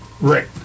Right